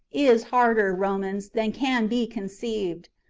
is harder, romans, than can be conceived.